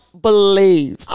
believe